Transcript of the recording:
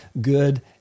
good